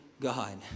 God